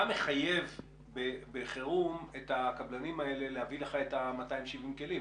מה מחייב בחירום את הקבלנים האלה להביא לך את 270 הכלים?